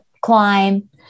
climb